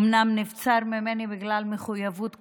אומנם נבצר ממני, בגלל מחויבות קודמת,